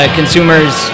consumers